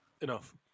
enough